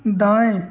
दाएं